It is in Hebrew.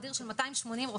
הנפש.